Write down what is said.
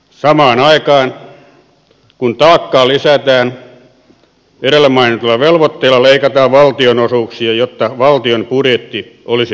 samaan aikaan kun taakkaa lisätään edellä mainitulla velvoitteella leikataan valtionosuuksia jotta valtion budjetti olisi tasapainossa